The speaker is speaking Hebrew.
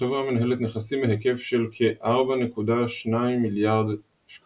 החברה מנהלת נכסים בהיקף של כ-4.2 מיליארד ש"ח